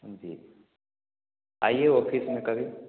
हाँ जी आइए ऑफ़िस में कभी